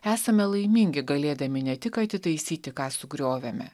esame laimingi galėdami ne tik atitaisyti ką sugriovėme